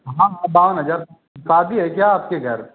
हाँ हाँ बावन हज़ार शादी है क्या आपके घर